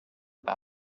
about